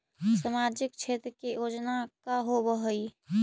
सामाजिक क्षेत्र के योजना का होव हइ?